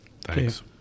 Thanks